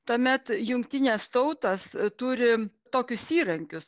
tuomet jungtinės tautos turi tokius įrankius